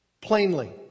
plainly